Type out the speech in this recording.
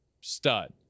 stud